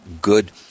good